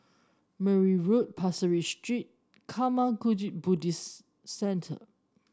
Mergui Road Pasir Ris Street Karma Kagyud Buddhist Centre